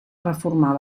reformar